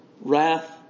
wrath